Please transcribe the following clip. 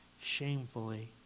shamefully